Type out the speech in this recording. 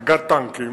מג"ד טנקים,